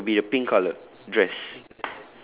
the shirt will be a pink colour dress